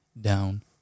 down